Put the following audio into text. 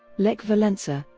lech walesa,